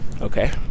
okay